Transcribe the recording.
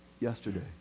yesterday